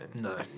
No